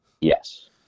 Yes